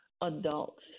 adults